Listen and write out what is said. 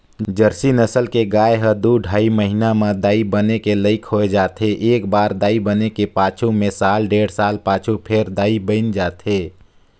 Jersey नसल के गाय ह दू ढ़ाई महिना म दाई बने के लइक हो जाथे, एकबार दाई बने के पाछू में साल डेढ़ साल पाछू फेर दाई बइन जाथे